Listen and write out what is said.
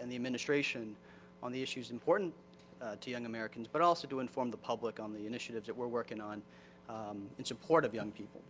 and the administration on the issues important to young americans, but also to inform the public on the initiatives that we're working on and support of young people.